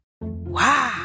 Wow